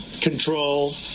control